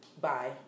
bye